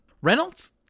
Reynolds